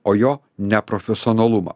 o jo neprofesionalumą